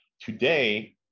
Today